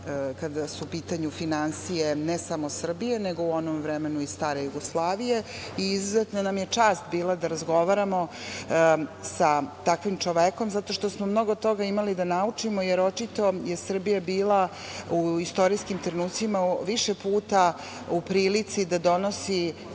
kada su u pitanju finansije, ne samo Srbije, nego u onom vremenu i stare Jugoslavije. Izuzetna nam je čast bila da razgovaramo sa takvim čovekom zato što smo mnogo toga imali da naučimo, jer očito je Srbija bila u istorijskim trenucima više puta u prilici da donosi